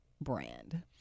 brand